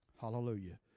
Hallelujah